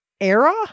era